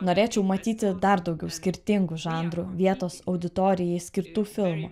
norėčiau matyti dar daugiau skirtingų žanrų vietos auditorijai skirtų filmų